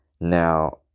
Now